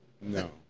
No